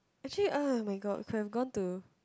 actually oh-my-god I could have gone to